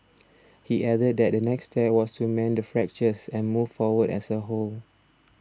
he added that the next step was to mend the fractures and move forward as a whole